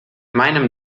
meinem